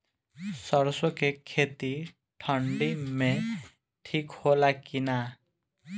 सरसो के खेती ठंडी में ठिक होला कि ना?